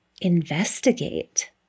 investigate